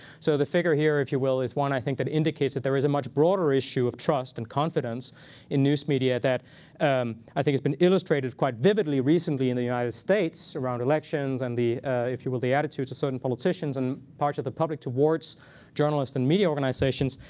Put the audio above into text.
so the figure here, if you will, is one i think that indicates that there is a much broader issue of trust and confidence in news media that um i think has been illustrated quite vividly recently in the united states around elections and, if you will, the attitudes of certain politicians and parts of the public towards journalists and media organizations.